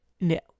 no